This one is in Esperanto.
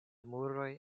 muroj